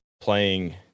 playing